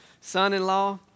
son-in-law